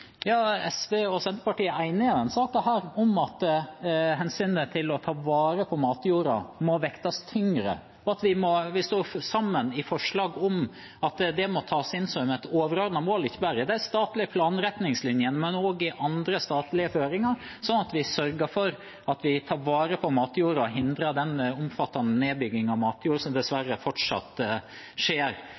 SV og Senterpartiet er i denne saken enige om at hensynet til å ta vare på matjorda må vektes tyngre. Vi står sammen i forslag om at det må tas inn som et overordnet mål, ikke bare i de statlige planretningslinjene, men også i andre statlige føringer, sånn at vi sørger for at vi tar vare på matjorda og hindrer den omfattende nedbyggingen av matjord som dessverre fortsatt skjer.